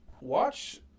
Watch